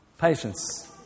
patience